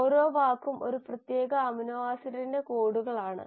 ഓരോ വാക്കും ഒരു പ്രത്യേക അമിനോ ആസിഡിന്റെ കോഡുകളാണ്